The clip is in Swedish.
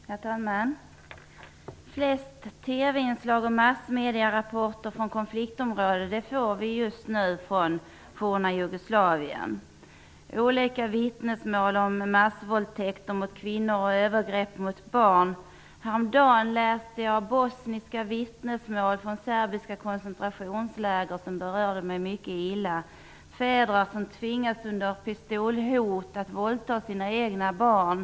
Herr talman! De flesta TV-inslag och massmedierapporter som vi får från konfliktområden kommer just nu från det forna Jugoslavien. Olika vittnesmål når oss om massvåldtäkter mot kvinnor och övergrepp mot barn. Häromdagen läste jag bosniska vittnesmål från serbiska koncentrationsläger. De berörde mig mycket illa. Fäder tvingades under pistolhot att våldta sina egna barn.